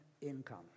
income